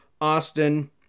Austin